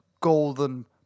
golden